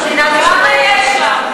לא מעניין אותה, את המדינה, כמה יש שם?